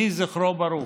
יהי זכרו ברוך.